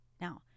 Now